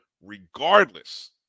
regardless